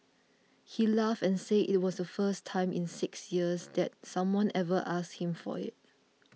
he laughed and said it was the first time in six years that someone ever asked him for it